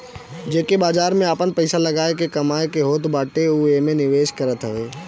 जेके बाजार में आपन पईसा लगा के कमाए के होत बाटे उ एमे निवेश करत हवे